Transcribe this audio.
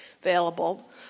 available